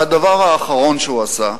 והדבר האחרון שהוא עשה,